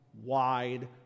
wide